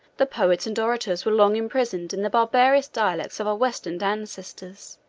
the poets and orators were long imprisoned in the barbarous dialects of our western ancestors,